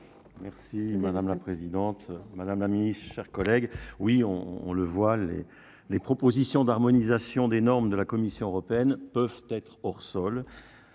Merci madame la présidente, madame amis chers collègues oui on, on le voit les les propositions d'harmonisation des normes de la Commission européenne peuvent être hors sol